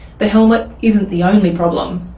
the helmet isn't the only problem,